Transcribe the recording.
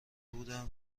بودم